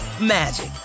magic